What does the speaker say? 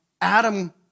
Adam